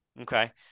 Okay